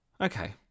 okay